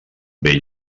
vell